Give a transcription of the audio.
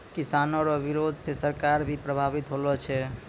किसानो रो बिरोध से सरकार भी प्रभावित होलो छै